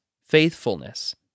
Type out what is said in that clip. faithfulness